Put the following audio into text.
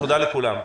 תודה לכולם.